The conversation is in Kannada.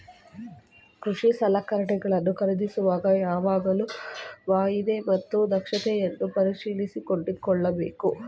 ಕೃಷಿ ಸಲಕರಣೆಗಳನ್ನು ಖರೀದಿಸುವಾಗ ಅವುಗಳ ವಾಯ್ದೆ ಮತ್ತು ದಕ್ಷತೆಯನ್ನು ಪರಿಶೀಲಿಸಿ ಕೊಂಡುಕೊಳ್ಳಬೇಕು